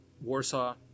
Warsaw